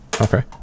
Okay